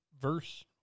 verse